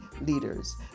leaders